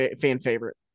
fan-favorite